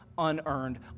Unearned